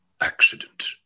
accident